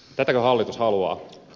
tätäkö hallitus haluaa